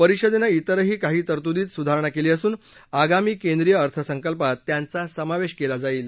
परिषदेनं इतरही काही तरतूदीत सुधारणा केली असून आगामी केंद्रीय अर्थसंकल्पात त्यांचा समावेश केला जाईल